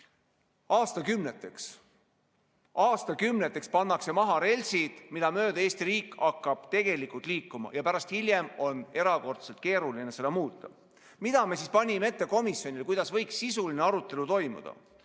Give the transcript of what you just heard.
aastakümneteks. Aastakümneteks pannakse maha relsid, mida mööda Eesti riik hakkab tegelikult liikuma, ja hiljem on erakordselt keeruline seda muuta. Mida me panime ette komisjonile, kuidas võiks sisuline arutelu toimuda?